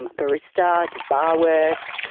barrista, did barwork,